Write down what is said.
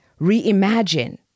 Reimagine